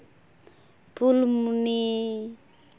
ᱯᱷᱩᱞᱢᱩᱱᱤ